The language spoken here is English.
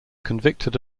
convicted